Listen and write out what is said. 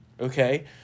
okay –